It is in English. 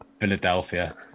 Philadelphia